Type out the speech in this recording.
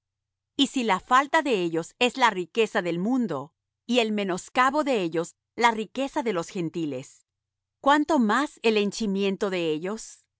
y si la falta de ellos es la riqueza del mundo y el menoscabo de ellos la riqueza de los gentiles cuánto más el henchimiento de ellos